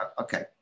okay